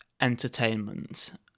entertainment